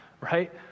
right